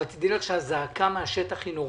אבל תדעי לך שהזעקה מהשטח היא נוראה.